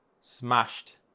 smashed